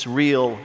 real